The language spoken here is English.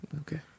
okay